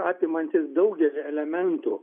apimantis daugelį elementų